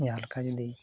ᱡᱟᱦᱟᱸᱞᱮᱠᱟ ᱡᱚᱫᱤ